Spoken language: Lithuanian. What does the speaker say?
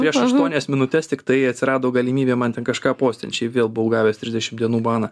prieš aštuonias minutes tiktai atsirado galimybė man ten kažką postint šiaip vėl buvau gavęs trisdešim dienų baną